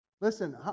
Listen